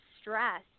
stress